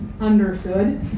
understood